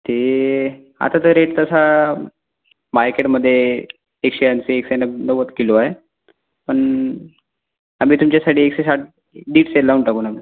ते आता तर रेट कसा मार्केटमधे एकशे ऐंशी एकशे न नव्वद किलो आहे पण आम्ही तुमच्यासाठी एकशे साठ दीडशे लावून टाकू ना